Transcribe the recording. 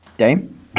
Dame